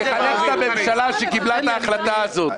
תחנך את הממשלה שקיבלה את ההחלטה הזאת,